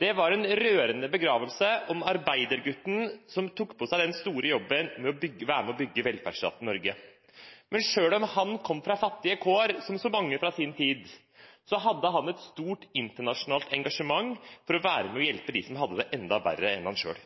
Det var en rørende begravelse for arbeidergutten som tok på seg den store jobben med å være med og bygge velferdsstaten Norge. Men selv om han kom fra fattige kår, som så mange fra sin tid, hadde han et stort internasjonalt engasjement for å være med og hjelpe dem som hadde det enda verre enn han